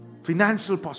Financial